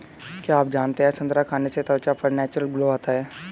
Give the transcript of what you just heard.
क्या आप जानते है संतरा खाने से त्वचा पर नेचुरल ग्लो आता है?